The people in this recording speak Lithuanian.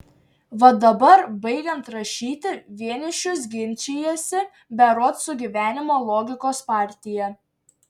va dabar baigiant rašyti vienišius ginčijasi berods su gyvenimo logikos partija